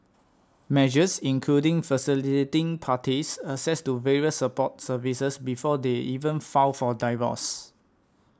measures including facilitating parties access to various support services before they even file for divorce